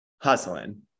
hustling